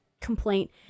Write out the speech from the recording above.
complaint